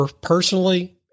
personally